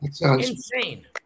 insane